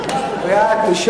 2009, נתקבלה.